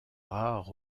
rares